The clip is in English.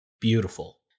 Beautiful